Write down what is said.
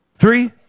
three